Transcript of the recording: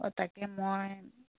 অঁ তাকে মই